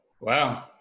Wow